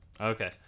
Okay